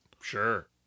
Sure